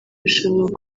rushanwa